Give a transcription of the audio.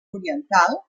oriental